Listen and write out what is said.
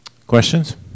Questions